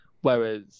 whereas